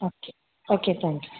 okay okay thank you